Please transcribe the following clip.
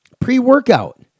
pre-workout